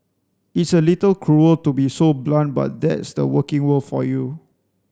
it's a little cruel to be so blunt but that's the working world for you